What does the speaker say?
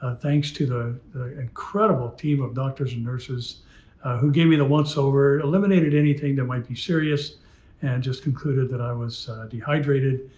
ah thanks to the incredible team of doctors and nurses who gave me the once over, eliminated anything that might be serious and just concluded that i was dehydrated.